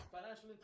Financial